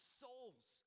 souls